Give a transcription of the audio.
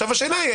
השאלה היא,